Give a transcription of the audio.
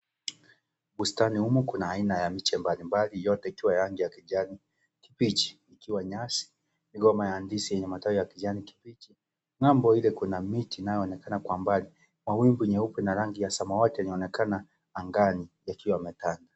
Bustani humu kuna aina ya miche mbalimbali yote ikiwa ya rangi kijani kibichi ikiwa nyasi, migomba ya ndizi yenye matawi ya kijani kibichi, ng'ambo ile kuna miti inayoonekana kwa mbali, mawingu nyeupe na rangi ya samawati yanaonekana angani yakiwa yamekaa.